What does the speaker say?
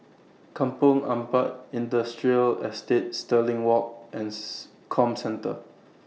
Kampong Ampat Industrial Estate Stirling Walk and Comcentre